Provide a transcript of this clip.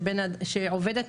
כשעובדת,